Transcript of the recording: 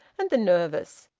and the nervous.